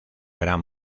gran